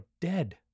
dead